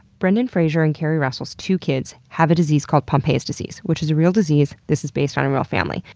brendan fraser and kerri russel's two kids have a disease called pompeii's disease. which is a real disease. this is based on a real family.